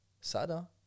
Sada